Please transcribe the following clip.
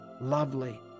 lovely